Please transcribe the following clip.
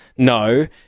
No